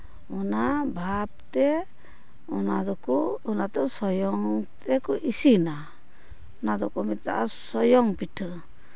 ᱚᱱᱟ ᱵᱷᱟᱵᱽ ᱛᱮ ᱚᱱᱟ ᱫᱚᱠᱚ ᱚᱱᱟᱛᱮ ᱥᱚᱭᱚᱝ ᱛᱮᱠᱚ ᱤᱥᱤᱱᱟ ᱚᱱᱟ ᱫᱚᱠᱚ ᱢᱮᱛᱟᱜᱼᱟ ᱥᱚᱭᱚᱝ ᱯᱤᱴᱷᱟᱹ